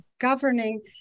governing